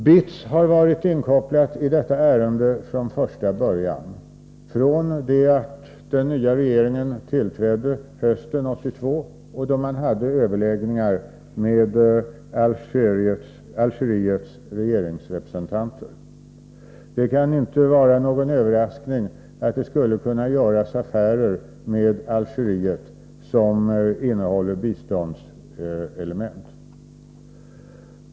BITS har varit inkopplad på detta ärende från första början — från det att den nya regeringen tillträdde hösten 1982 — då man hade överläggningar med Algeriets regeringsrepresentanter. Det kan inte vara någon överraskning att det med Algeriet skulle kunna göras affärer som innehåller biståndselement.